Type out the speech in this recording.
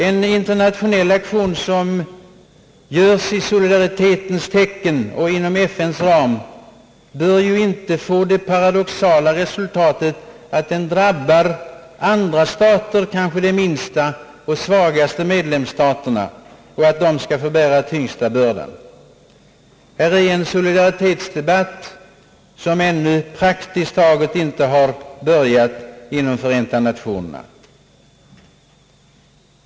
En internationell aktion som företas i solidaritetens tecken och inom FN:s ram bör inte få det paradoxala resultatet att den drabbar andra stater, kanske de minsta och svagaste medlemsstaterna, och att de får bära den tyngsta bördan. Men denna solidaritetsdebatt har praktiskt taget ännu inte börjat inom Förenta Nationerna.